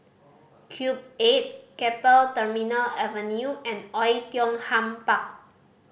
Cube Eight Keppel Terminal Avenue and Oei Tiong Ham Park